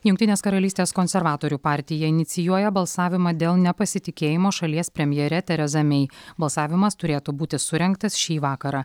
jungtinės karalystės konservatorių partija inicijuoja balsavimą dėl nepasitikėjimo šalies premjere tereza mei balsavimas turėtų būti surengtas šį vakarą